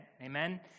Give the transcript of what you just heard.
Amen